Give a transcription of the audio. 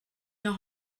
your